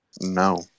No